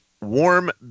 warm